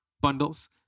Bundles